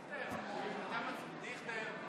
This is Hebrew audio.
חבר הכנסת אייכלר,